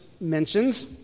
mentions